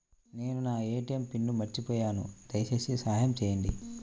నేను నా ATM pin మర్చిపోయాను దయచేసి సహాయం చేయండి